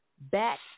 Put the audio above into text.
back